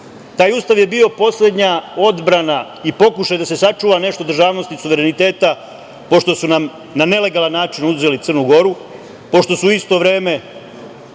Ustav je bio poslednja odbrana i pokušaj da se sačuva nešto državnosti i suvereniteta pošto su nam na nelegalan način uzeli Crnu Goru, pošto su u isto vreme